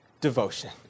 Devotion